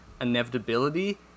inevitability